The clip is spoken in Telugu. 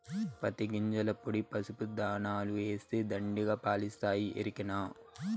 పత్తి గింజల పొడి పసుపు దాణాల ఏస్తే దండిగా పాలిస్తాయి ఎరికనా